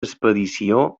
expedició